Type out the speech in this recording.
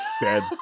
dead